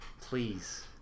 please